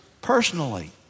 Personally